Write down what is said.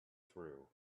through